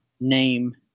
name